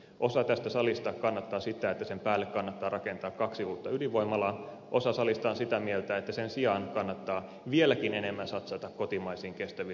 osa tästä salista kannattaa sitä että sen päälle kannattaa rakentaa kaksi uutta ydinvoimalaa osa salista on sitä mieltä että sen sijaan kannattaa vieläkin enemmän satsata kotimaisiin kestäviin ratkaisuihin